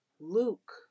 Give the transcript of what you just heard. Luke